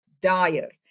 Dire